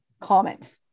comment